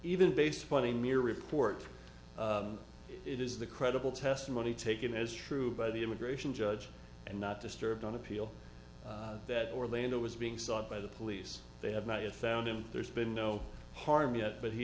even based upon a mere report it is the credible testimony taken as true by the immigration judge and not disturbed on appeal that orlando was being sought by the police they have not yet found him there's been no harm yet but he